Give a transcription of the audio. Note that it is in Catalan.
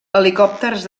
helicòpters